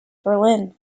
berlin